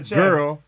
girl